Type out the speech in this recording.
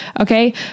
okay